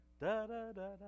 Da-da-da-da